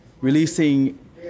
releasing